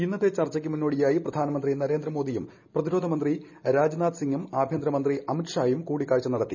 ഇന്നത്തെ ചർച്ചയ്ക്ക് മുന്നോടിയായി പ്രധാനമന്ത്രി നരേന്ദ്ര മോദിയും പ്രതിരോധമന്ത്രി രാജ്നാഥ് സിങ്ങും ആഭ്യന്തര മന്ത്രി അമിത് ഷായും കൂടിക്കാഴ്ച നടത്തി